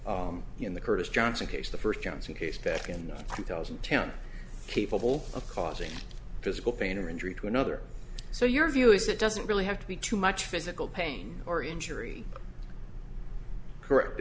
clause in the kurdish johnson case the first johnson case back in two thousand and ten capable of causing physical pain or injury to another so your view is it doesn't really have to be too much physical pain or injury correct